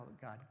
God